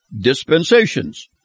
dispensations